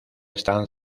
están